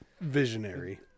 visionary